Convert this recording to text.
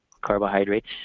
carbohydrates